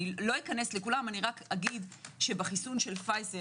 לא אכנס לכולם רק אומר שבחיסון של פייזר